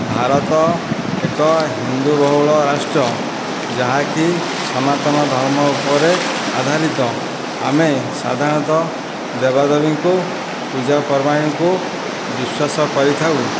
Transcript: ଭାରତ ଏକ ହିନ୍ଦୁ ବହୁଳ ରାଷ୍ଟ୍ର ଯାହାକି ସନାତନ ଧର୍ମ ଉପରେ ଆଧାରିତ ଆମେ ସାଧାରଣତଃ ଦେବଦେବୀଙ୍କୁ ପୂଜାପର୍ବାଣୀକୁ ବିଶ୍ୱାସ କରିଥାଉ